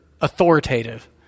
authoritative